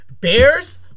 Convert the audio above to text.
Bears